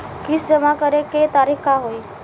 किस्त जमा करे के तारीख का होई?